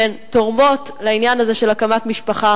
שהן תורמות לעניין הזה של הקמת משפחה